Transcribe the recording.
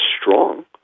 strong